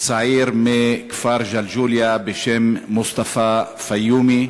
צעיר מהכפר ג'לג'וליה בשם מוסטפא פיומי.